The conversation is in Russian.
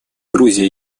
грузия